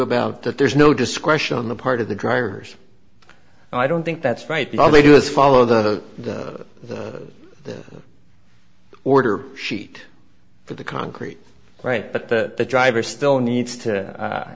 about that there's no discretion on the part of the drivers and i don't think that's right the only do is follow the other the the order sheet for the concrete right but the driver still needs to